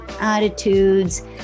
attitudes